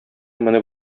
менеп